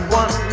one